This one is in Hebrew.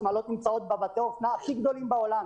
השמלות שלנו נמצאות בבתי האופנה הגדולים בעולם,